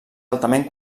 altament